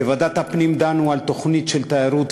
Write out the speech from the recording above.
בוועדת הפנים דנו על תוכנית של תיירות,